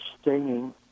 stinging